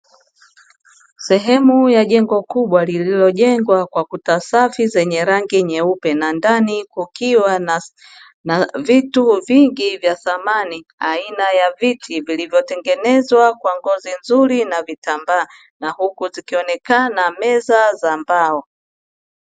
Sehemu ya jengo kubwa lililojengwa kwa kuta safi zenye rangi nyeupe na ndani kukiwa na vitu vingi vya thamani, aina ya viti vilivyotengenezwa kwa ngozi nzuri na vitambaa na huku zikionekana meza za mbao.